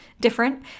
different